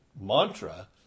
mantra